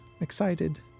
excited